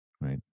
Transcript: right